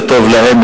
זה טוב להם,